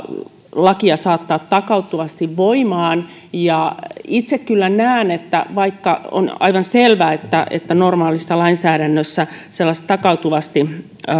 lakia saattaa takautuvasti voimaan ja itse kyllä näen että vaikka on aivan selvä että että normaalissa lainsäädännössä sellaiset takautuvasti